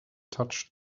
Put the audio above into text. touched